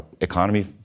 economy